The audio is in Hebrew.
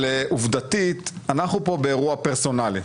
אבל עובדתית, אנחנו פה באירוע פרסונלי.